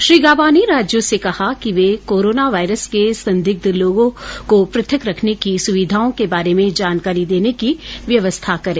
श्री गॉबा ने राज्यों से कहा कि वे कोरोना वायरस के संदिग्ध लोगों को पृथक रखने की सुविधाओं के बारे में जानकारी देने की व्यवस्था करें